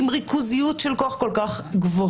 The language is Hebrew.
עם ריכוזיות של כוח כל כך גבוהה,